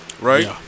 Right